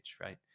right